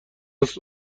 است